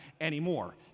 anymore